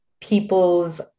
people's